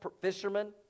fishermen